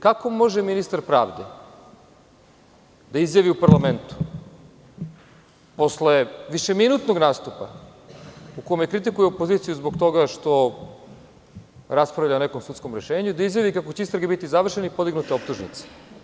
Kako može ministar pravde da izjavi u parlamentu, posle višeminutnog nastupa u kome kritikuje opoziciju zbog toga što raspravlja o nekom sudskom rešenju, da izjavi kako će istrage biti završene i podignute optužnice?